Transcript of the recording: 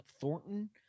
Thornton